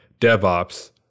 DevOps